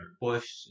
Bush